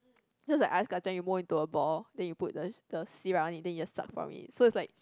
just like ice-kachang you mold into a ball then you put the the syrup on it so is like